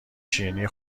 شیرینی